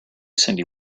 cyndi